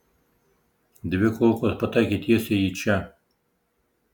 dvi kulkos pataikė tiesiai į čia